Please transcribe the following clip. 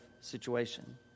situation